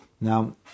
Now